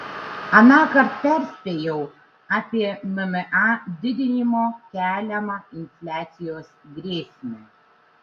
anąkart perspėjau apie mma didinimo keliamą infliacijos grėsmę